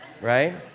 right